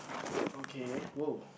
okay !woah!